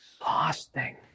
exhausting